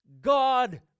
God